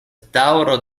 daŭro